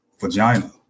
vagina